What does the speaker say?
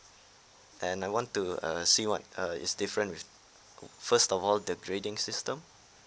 and I want to uh see what uh is different with first of all the grading system